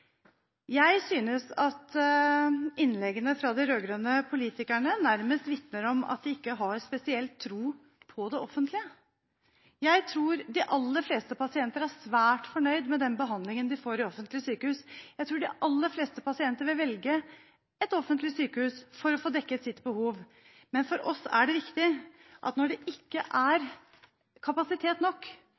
Jeg synes at innleggene fra de rød-grønne politikerne nærmest vitner om at de ikke har spesielt tro på det offentlige. Jeg tror de aller fleste pasienter er svært fornøyd med den behandlingen de får i offentlige sykehus. Jeg tror de aller fleste pasienter vil velge et offentlig sykehus for å få dekket sitt behov. Men for oss er det viktig at når det ikke er kapasitet nok,